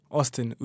Austin